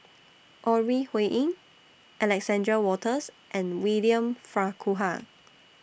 Ore Huiying Alexander Wolters and William Farquhar